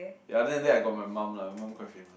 ya other than that I got my mum lah my mum quite famous